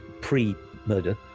pre-murder